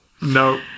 no